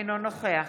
אינו נוכח